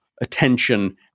attention